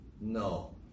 No